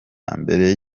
mbere